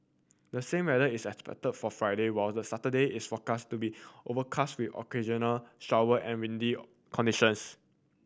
the same weather is expected for Friday while the Saturday is forecast to be overcast with occasional shower and windy conditions